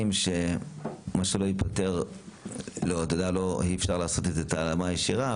אי אפשר לעשות את ההרמה הישירה,